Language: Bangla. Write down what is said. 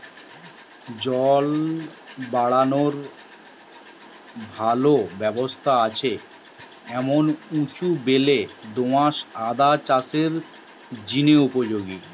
জল বারানার ভালা ব্যবস্থা আছে এমন উঁচু বেলে দো আঁশ আদা চাষের জিনে উপযোগী